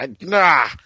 nah